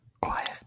quiet